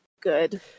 good